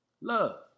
Love